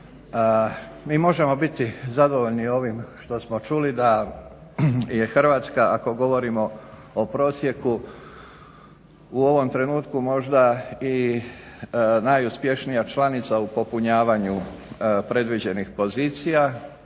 Mi možemo biti zadovoljni ovim što smo čuli da je Hrvatska ako govorimo o prosjeku u ovom trenutku možda i najuspješnija članica u popunjavanju predviđenih pozicija,